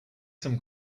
some